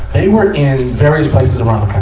they were in various places around